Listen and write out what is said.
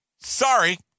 Sorry